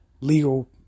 legal